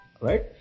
right